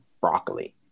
broccoli